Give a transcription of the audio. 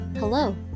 Hello